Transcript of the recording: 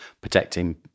protecting